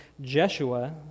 Jeshua